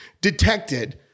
detected